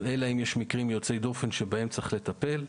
אלא אם יש מקרים יוצאי דופן שבהם צריך לטפל.